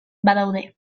badaude